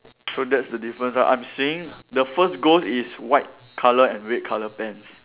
so that's the difference ah I'm seeing the first ghost is white color and red color pants